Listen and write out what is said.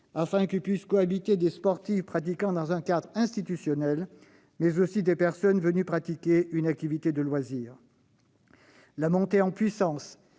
pour que puissent y cohabiter des sportifs pratiquant dans un cadre institutionnel, mais aussi des personnes venues pratiquer une activité de loisir. La montée en puissance